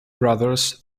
brothers